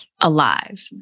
alive